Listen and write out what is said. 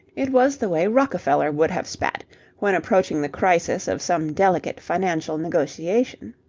it was the way rockefeller would have spat when approaching the crisis of some delicate financial negotiation.